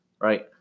Right